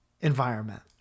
environment